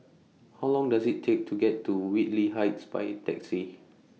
How Long Does IT Take to get to Whitley Heights By Taxi